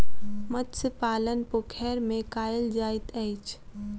मत्स्य पालन पोखैर में कायल जाइत अछि